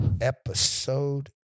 Episode